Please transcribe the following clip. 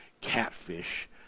catfish